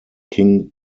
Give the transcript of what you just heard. king